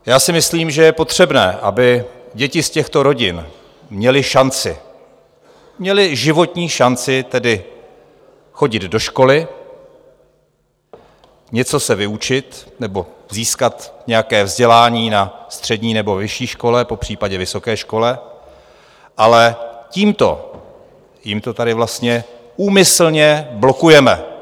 Já si myslím, že je potřebné, aby děti z těchto rodin měly šanci, měly životní šanci chodit do školy, něco se vyučit nebo získat nějaké vzdělání na střední nebo vyšší škole, popřípadě vysoké škole, ale tím to tady vlastně úmyslně blokujeme.